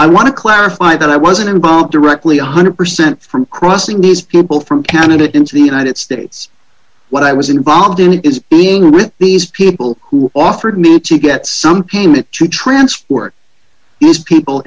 i want to clarify that i wasn't involved directly one hundred percent from crossing these people from canada into the united states what i was involved in is being with these people who offered me to get some payment to transport